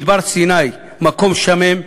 סיני, מקום שמם,